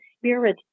spirit